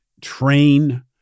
train